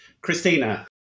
Christina